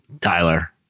Tyler